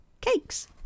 cakes